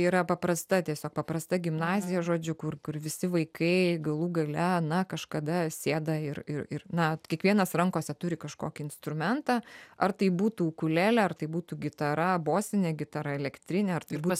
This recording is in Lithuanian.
yra paprasta tiesiog paprasta gimnazija žodžiu kur kur visi vaikai galų gale na kažkada sėda ir ir ir na kiekvienas rankose turi kažkokį instrumentą ar tai būtų kulelė ar tai būtų gitara bosinė gitara elektrinė ar tai būtų